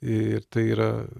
ir tai yra